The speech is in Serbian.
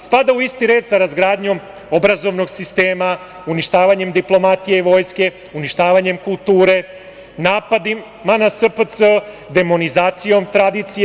Spada u isti red i sa razgradnjom obrazovnog sistema, uništavanjem diplomatije i vojske, uništavanjem kulture, napadima na SPC, demonizacijom tradicije.